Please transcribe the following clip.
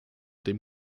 dem